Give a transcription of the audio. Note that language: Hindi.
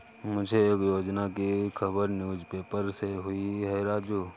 मुझे एक योजना की खबर न्यूज़ पेपर से हुई है राजू